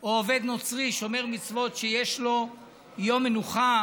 או עובד נוצרי שומר מצוות שיש לו יום מנוחה,